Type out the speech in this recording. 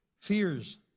Fears